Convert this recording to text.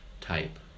type